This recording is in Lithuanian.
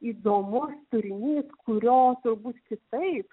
įdomus turinys kurio turbūt kitaip